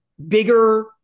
bigger